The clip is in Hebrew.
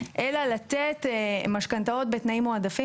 אלא לתת משכנתאות בתנאים מועדפים